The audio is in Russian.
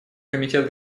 комитет